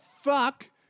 fuck